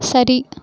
சரி